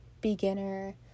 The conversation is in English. beginner